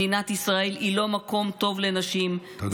מדינת ישראל היא לא מקום טוב לנשים, תודה רבה.